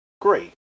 great